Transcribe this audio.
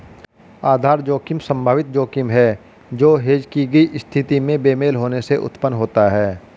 आधार जोखिम संभावित जोखिम है जो हेज की गई स्थिति में बेमेल होने से उत्पन्न होता है